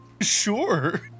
Sure